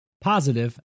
positive